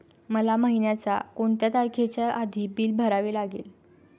मला महिन्याचा कोणत्या तारखेच्या आधी बिल भरावे लागेल?